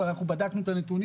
אבל אנחנו בדקנו את הנתונים.